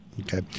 Okay